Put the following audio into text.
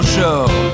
Show